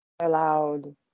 allowed